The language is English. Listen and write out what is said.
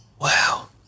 Wow